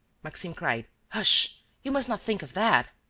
maxime cried hush, you must not think of that!